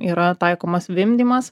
yra taikomas vimdymas